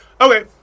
Okay